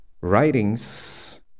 writings